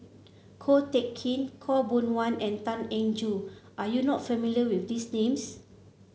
Ko Teck Kin Khaw Boon Wan and Tan Eng Joo are you not familiar with these names